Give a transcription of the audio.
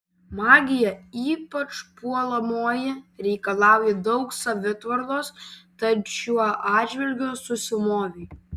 magija ypač puolamoji reikalauja daug savitvardos tad šiuo atžvilgiu susimovei